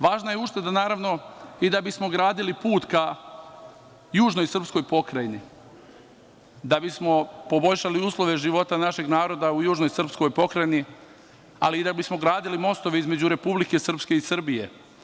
Važna je ušteda i da bismo gradili put ka južnoj srpskoj Pokrajini, da bismo poboljšali uslove života našeg naroda u južnoj srpskoj Pokrajini, ali i da bismo gradili mostove između Republike Srpske i Srbije.